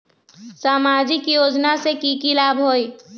सामाजिक योजना से की की लाभ होई?